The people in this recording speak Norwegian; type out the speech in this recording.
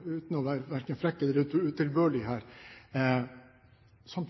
uten å være verken frekk eller utilbørlig her. Jeg